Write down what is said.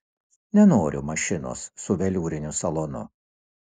nenoriu mašinos su veliūriniu salonu